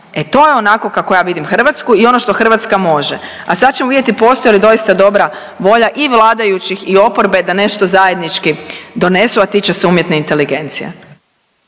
E to je onako kako ja vidim Hrvatsku i ono što Hrvatska može. A sad ćemo vidjeti postoji li doista dobra volja i vladajućih i oporbe, da nešto zajednički donesu, a tiču se umjetne inteligencije.